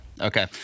Okay